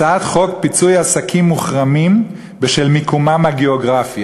הצעת חוק פיצוי עסקים מוחרמים בשל מקומם הגיאוגרפי.